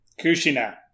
Kushina